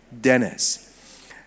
Dennis